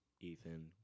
Ethan